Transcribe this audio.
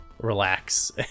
relax